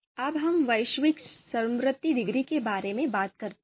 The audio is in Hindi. अब हम वैश्विक समवर्ती डिग्री के बारे में बात करते हैं